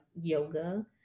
yoga